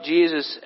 Jesus